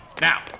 Now